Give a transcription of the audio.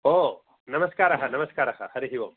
ओ नमस्कारः नमस्कारः हरिः ओम्